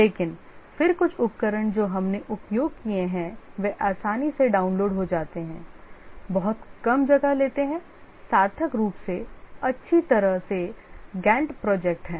लेकिन फिर कुछ उपकरण जो हमने उपयोग किए हैं वे आसानी से डाउनलोड हो जाते हैं बहुत कम जगह लेते हैं सार्थक रूप से अच्छी तरह से गैंट प्रोजेक्ट है